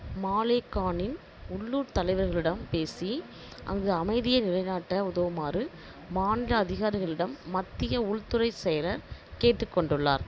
மாலேகானின் உள்ளூர் தலைவர்களிடம் பேசி அங்கு அமைதியை நிலைநாட்ட உதவுமாறு மாநில அதிகாரிகளிடம் மத்திய உள்துறைச் செயலர் கேட்டுக் கொண்டுள்ளார்